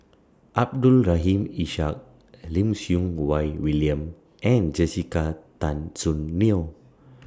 Abdul Rahim Ishak Lim Siew Wai William and Jessica Tan Soon Neo